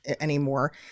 anymore